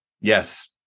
Yes